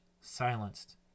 silenced